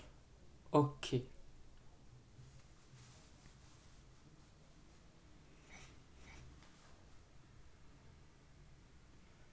okay